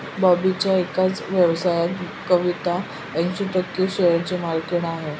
बॉबीच्या एकाच व्यवसायात कविता ऐंशी टक्के शेअरची मालकीण आहे